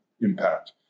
impact